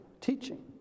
teaching